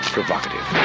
Provocative